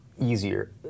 easier